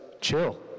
chill